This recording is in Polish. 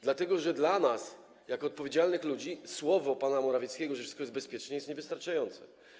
Dlatego, że dla nas jako odpowiedzialnych ludzi słowo pana Morawieckiego, że wszystko jest bezpieczne, jest niewystarczające.